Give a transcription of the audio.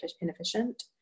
inefficient